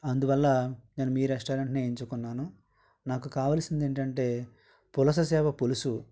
అందువల్ల నేను మీ రెస్టారెంట్నే ఎంచుకున్నాను నాకు కావాల్సింది ఏంటంటే పులస చేప పులుసు